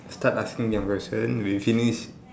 start asking your question we finish